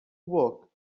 work